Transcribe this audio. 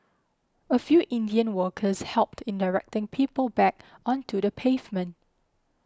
a few Indian workers helped in directing people back onto the pavement